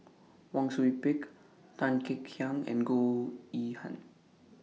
Wang Sui Pick Tan Kek Hiang and Goh Yihan